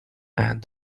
and